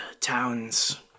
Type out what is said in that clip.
town's